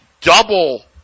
double